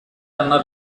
ana